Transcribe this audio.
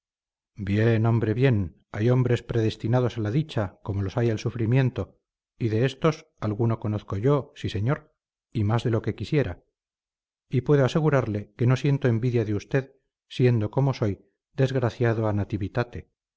bien hombre bien hay hombres predestinados a la dicha como los hay al sufrimiento y de estos alguno conozco yo sí señor y más de lo que quisiera y puedo asegurarle que no siento envidia de usted siendo como soy desgraciado a nativitate